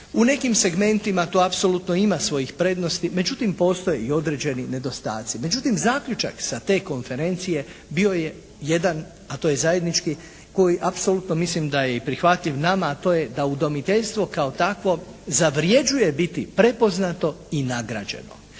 U nekim segmentima to apsolutno ima svojih prednosti, međutim postoje i određene nedostaci. Međutim zaključak sa te konferencije bio je jedan, a to je zajednički koji apsolutno mislim da je prihvatljiv i nama a to je da udomiteljstvo kao takvo zavrjeđuje biti prepoznato i nagrađeno.